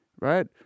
right